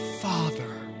father